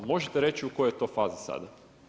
Možete reći u kojoj je to fazi sada?